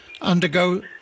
undergo